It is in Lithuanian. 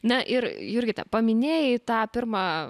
na ir jurgita paminėjai tą pirmą